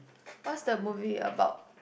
what's the movie about